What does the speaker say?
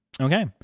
Okay